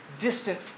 distant